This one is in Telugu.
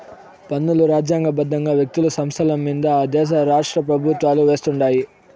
పన్నులు రాజ్యాంగ బద్దంగా వ్యక్తులు, సంస్థలమింద ఆ దేశ రాష్ట్రపెవుత్వాలు వేస్తుండాయి